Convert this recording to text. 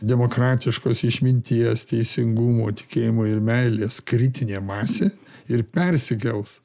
demokratiškos išminties teisingumo tikėjimo ir meilės kritinė masė ir persikels